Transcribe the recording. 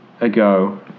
Ago